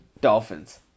Dolphins